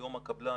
היום הקבלן,